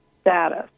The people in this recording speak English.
status